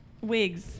wigs